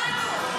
עכשיו,